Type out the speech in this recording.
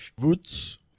roots